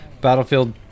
Battlefield